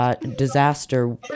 Disaster